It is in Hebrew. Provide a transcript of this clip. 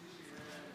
השתיקה.